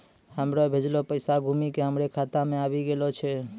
हमरो भेजलो पैसा घुमि के हमरे खाता मे आबि गेलो छै